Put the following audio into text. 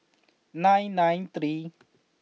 nine nine three